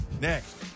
Next